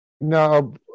No